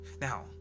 Now